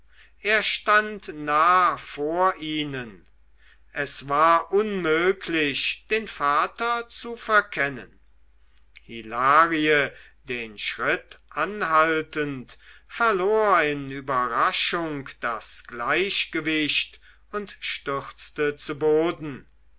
er stand nah vor ihnen es war unmöglich den vater zu verkennen hilarie den schritt anhaltend verlor in überraschung das gleichgewicht und stürzte zu boden